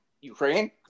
Ukraine